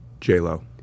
J-Lo